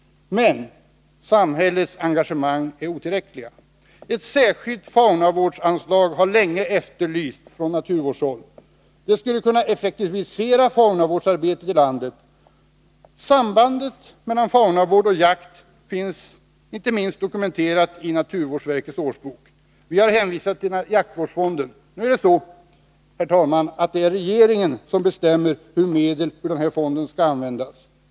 Men samhällets engagemang är otillräckligt. Ett särskilt faunavårdsanslag har länge efterlysts från naturvårdshåll. Det skulle kunna effektivisera faunavårdsarbetet i landet. Sambandet mellan faunavård och jakt finns dokumenterat, inte minst i naturvårdsverkets årsbok. Vi har hänvisat till jaktvårdsfonden. Nu är det så, herr talman, att det är regeringen som bestämmer hur medel ur denna fond skall användas.